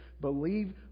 believe